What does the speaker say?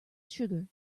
sugar